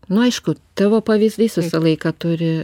nu aišku tavo pavyzdys visą laiką turi